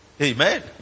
Amen